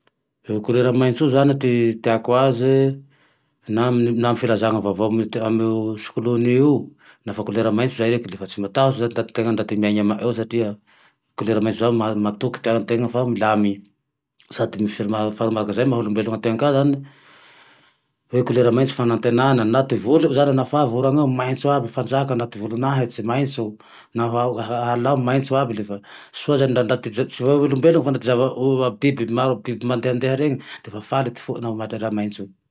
Kolera maintsy io zane ty iteako aze, na amy filaza vaovao amy sikolony io, nafa kolera maintso zay reke le fa tsy matahotsy zayo ndaty tena miaina amaeo satria kolera maintso zao matoky ty aintena fa milame. Sady misy faharoa manarake zay, ny maha olombelogne antegna ka zane hoe kolera maintso fanantenana. Na ty vole io zane lafa avy oraneo maintso aby fanjaka anaty vononahitsy maintso. Naho ala ao maintso agne sao zay ndraty tsy zavao olombelogne fa ty zavao biby. Maro biby mandehandeha reny fale ty foe mahatreha raha maintso io.